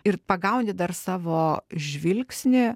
ir pagauni dar savo žvilgsnį